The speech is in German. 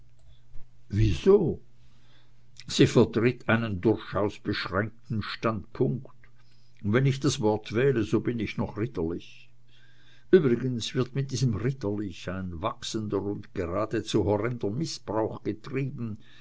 wieso sie vertritt einen durchaus beschränkten standpunkt und wenn ich das wort wähle so bin ich noch ritterlich übrigens wird mit diesem ritterlich ein wachsender und geradezu horrender mißbrauch getrieben